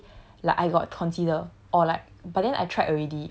then but if you can tell me actually like I got consider or like